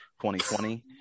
2020